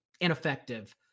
ineffective